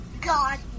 God